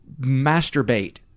masturbate